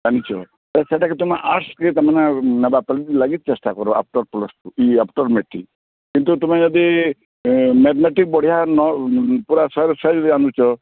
ଜାଣିଛ ତ ସେଟାକେ ତମେ ଆର୍ଟସ୍କେ ତାମାନେ ନେବା ବୋଲି ଲାଗି ଚେଷ୍ଟା କର ଆଫଟର୍ ପ୍ଲସ୍ ଟୁ ଏ ଆଫଟର୍ ମେଟ୍ରିକ୍ କିନ୍ତୁ ତୁମେ ଯଦି ମ୍ୟାଥମେଟିସକ୍ ବଢ଼ିଆ ନ ପୁରା ଶହେରୁ ଶହେ ଆଣୁଛ